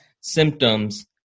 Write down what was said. symptoms